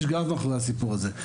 יש גב אחרי הסיפור הזה,